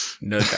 No